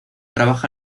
trabaja